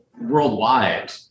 worldwide